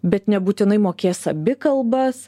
bet nebūtinai mokės abi kalbas